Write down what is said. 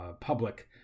public